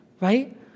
right